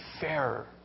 fairer